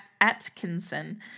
Atkinson